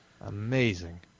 Amazing